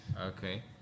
Okay